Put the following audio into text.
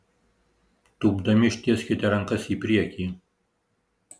tūpdami ištieskite rankas į priekį